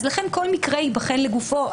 לכן כל מקרה ייבחן לגופו